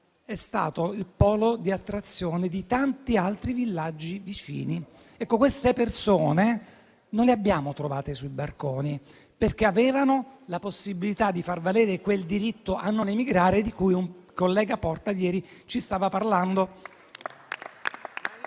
è stato il polo di attrazione di tanti altri villaggi vicini: ecco, quelle persone non le abbiamo trovate sui barconi, perché avevano la possibilità di far valere quel diritto a non emigrare di cui ieri ci ha parlato